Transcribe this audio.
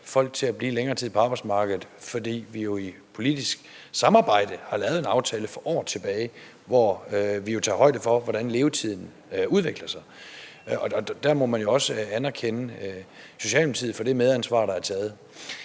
folk til at blive længere tid på arbejdsmarkedet, fordi vi for år tilbage lavede en aftale i et politisk samarbejde, hvor vi tog højde for udviklingen i levetid, og der må man også anerkende Socialdemokratiet for det medansvar, der er taget.